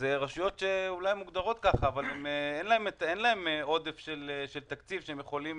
הן רשויות שאולי מוגדרות כך אבל אין להן עודף של תקציב שהן יכולות